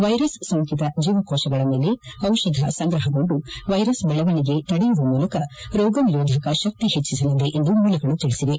virus ಸೋಂಕಿತ ಜೀವಕೋಶಗಳ ಮೇಲೆ ಔಷಧಿ ಸಂಗ್ರಹಗೊಂಡು ವೈರಸ್ ಬೆಳವಣಿಗೆ ತಡೆಯುವ ಮೂಲಕ ರೋಗನರೋಧಕ ತಕ್ತಿಯನ್ನು ಪಟ್ಟಸಲಿದೆ ಎಂದು ಮೂಲಗಳು ತಿಳಿಸಿವೆ